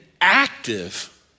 active